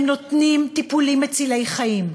הם נותנים טיפולים מצילי חיים,